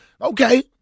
Okay